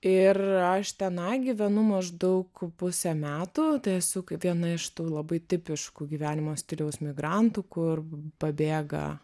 ir aš tenai gyvenu maždaug pusę metų esu k viena iš tų labai tipiškų gyvenimo stiliaus migrantų kur pabėga